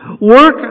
Work